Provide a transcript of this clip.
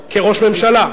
כראש ממשלה.